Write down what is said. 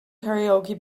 karaoke